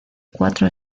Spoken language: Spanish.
cuatro